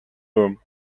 room